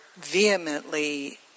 vehemently